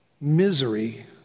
misery